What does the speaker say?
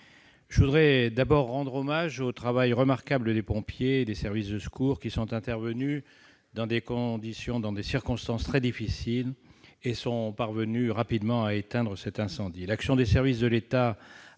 Je voudrais d'abord rendre hommage au travail remarquable des pompiers et des services de secours qui sont intervenus dans des circonstances très difficiles et qui sont parvenus rapidement à éteindre cet incendie.